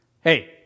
Hey